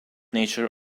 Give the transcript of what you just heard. nature